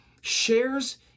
shares